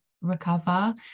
recover